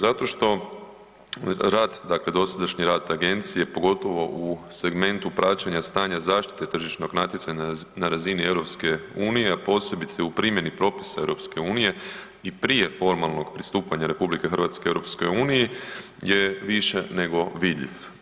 Zato što rad dakle dosadašnji rad agencije pogotovo u segmentu praćenja stanja zaštite tržišnog natjecanja na razini EU, a posebice u primjeni propisa EU i prije formalnog pristupanja RH EU je više nego vidljiv.